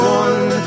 one